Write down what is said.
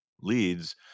leads